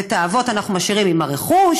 ואת האבות אנחנו משאירים עם הרכוש,